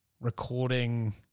recording